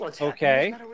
Okay